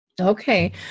Okay